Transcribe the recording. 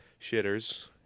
shitters